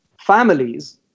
families